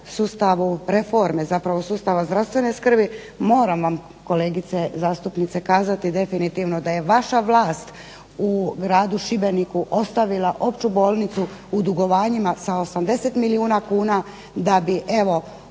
sustavu reforme, zapravo sustava zdravstvene skrbi moram vam kolegice zastupnice kazati definitivno da je vaša vlast u gradu Šibeniku ostavila opću bolnicu u dugovanjima sa 80 milijuna kuna, da bi evo